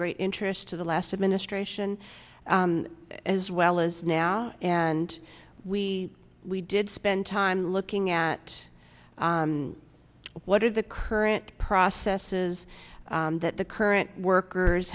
great interest to the last administration as well as now and we we did spend time looking at what is the current process is that the current workers